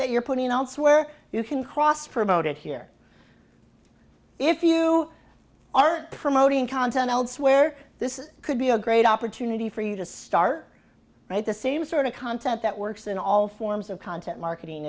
that you're putting elsewhere you can cross promote it here if you are promoting content elsewhere this could be a great opportunity for you to start right the same sort of content that works in all forms of content marketing